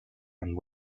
and